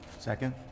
Second